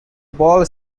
ball